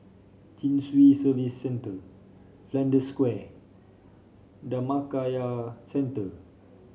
Chin Swee Service Centre Flanders Square Dhammakaya Centre